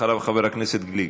אחריו, חבר הכנסת גליק.